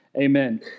Amen